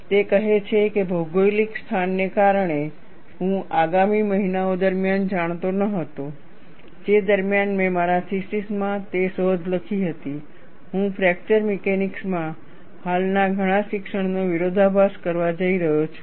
તે કહે છે કે ભૌગોલિક સ્થાનને કારણે હું આગામી મહિનાઓ દરમિયાન જાણતો ન હતો જે દરમિયાન મેં મારા થીસીસમાં તે શોધ લખી હતી કે હું ફ્રેકચર મિકેનિક્સમાં હાલના ઘણા શિક્ષણનો વિરોધાભાસ કરવા જઈ રહ્યો છું